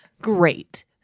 Great